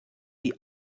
die